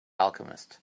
alchemist